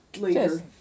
Later